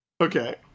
Okay